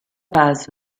paz